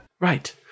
Right